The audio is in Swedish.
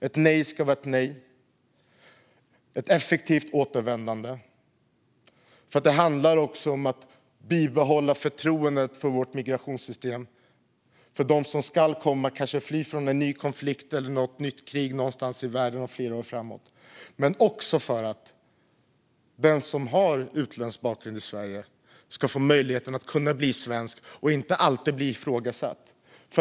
Ett nej ska vara ett nej, och det ska vara ett effektivt återvändande. Det handlar om att bibehålla förtroendet för vårt migrationssystem, hos dem som kommer och kanske är på flykt från en ny konflikt eller ett nytt krig någonstans i världen flera år framåt i tiden, men också för att den som har utländsk bakgrund i Sverige ska få möjlighet att bli svensk och inte alltid bli ifrågasatt.